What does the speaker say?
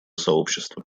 сообщества